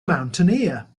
mountaineer